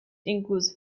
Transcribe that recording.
includes